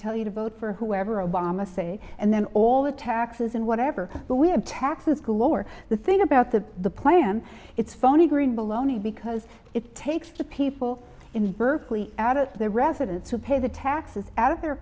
tell you to vote for whoever obama say and then all the taxes and whatever but we have taxes glore the thing about the the plan it's phony green baloney because it takes the people in berkeley out of their residents who pay the taxes out of their